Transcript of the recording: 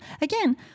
Again